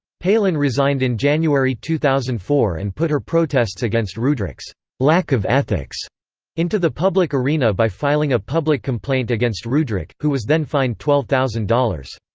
palin resigned in january two thousand and four and put her protests against ruedrich's lack of ethics into the public arena by filing a public complaint against ruedrich, who was then fined twelve thousand dollars.